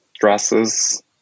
dresses